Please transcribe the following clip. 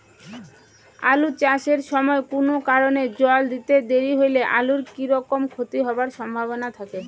আলু চাষ এর সময় কুনো কারণে জল দিতে দেরি হইলে আলুর কি রকম ক্ষতি হবার সম্ভবনা থাকে?